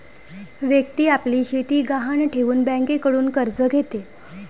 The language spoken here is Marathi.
व्यक्ती आपली शेती गहाण ठेवून बँकेकडून कर्ज घेते